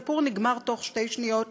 הסיפור נגמר תוך שתי שניות.